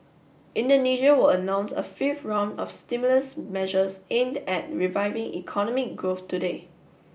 Indonesia will announce a fifth round of stimulus measures aimed at reviving economic growth today